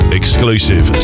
exclusive